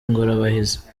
ingorabahizi